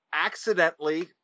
accidentally